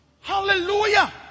Hallelujah